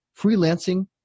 freelancing